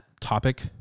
topic